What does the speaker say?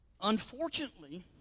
unfortunately